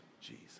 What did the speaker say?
Jesus